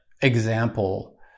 example